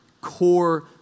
core